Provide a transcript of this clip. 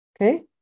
Okay